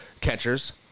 catchers